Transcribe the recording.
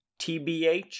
TBH